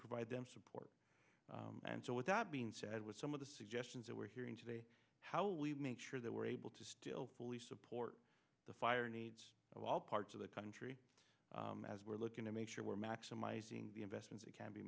provide them support and so with that being said with some of the suggestions that we're hearing today how we make sure that we're able to still fully support the fire of all parts of the country as we're looking to make sure we're maximizing the investments that can be